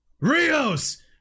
Rios